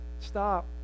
Stop